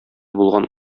булган